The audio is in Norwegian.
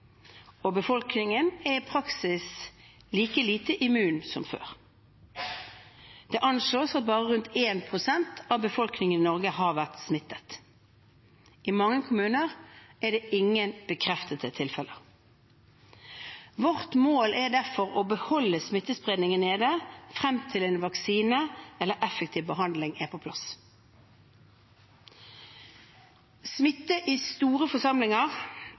og befolkningen er i praksis like lite immun som før. Det anslås at bare rundt 1 pst. av befolkningen i Norge har vært smittet. I mange kommuner er det ingen bekreftede tilfeller. Vårt mål er derfor å holde smittespredningen nede frem til en vaksine eller effektiv behandling er på plass. Smitte i store forsamlinger